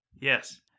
Yes